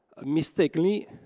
mistakenly